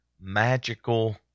magical